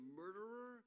murderer